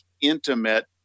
intimate